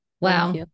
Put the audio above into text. Wow